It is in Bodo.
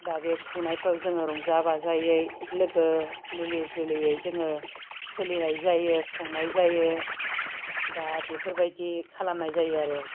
दा बे खुंनायफ्राव जोङो रंजा बाजायै लोगो मिलि जुलियै जोङो सोलिनाय जायो खुंनाय जायो दा बेफोरबायदि खालामनाय जायो आरो